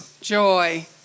joy